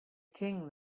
king